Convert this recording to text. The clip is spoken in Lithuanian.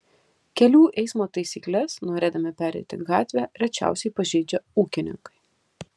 kelių eismo taisykles norėdami pereiti gatvę rečiausiai pažeidžia ūkininkai